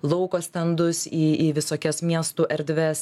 lauko stendus į į visokias miestų erdves